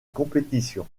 compétition